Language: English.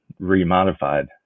remodified